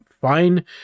fine